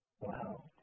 Wow